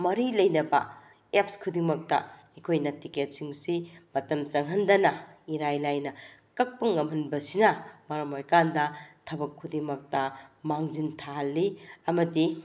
ꯃꯔꯤꯂꯩꯅꯕ apps ꯈꯨꯗꯤꯡꯃꯛꯇ ꯑꯩꯈꯣꯏꯅ ꯇꯤꯛꯀꯦꯠꯁꯤꯡꯁꯤ ꯃꯇꯝ ꯆꯪꯍꯟꯗꯅ ꯏꯔꯥꯏ ꯂꯥꯏꯅ ꯀꯛꯄ ꯉꯝꯍꯟꯕꯁꯤꯅ ꯃꯔꯝ ꯑꯣꯏꯔꯀꯥꯟꯗ ꯊꯕꯛ ꯈꯨꯗꯤꯡꯃꯛꯇ ꯃꯥꯡꯖꯤꯜ ꯊꯥꯍꯜꯂꯤ ꯑꯃꯗꯤ